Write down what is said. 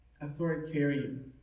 authoritarian